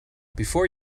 before